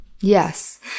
Yes